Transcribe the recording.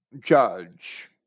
judge